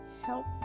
help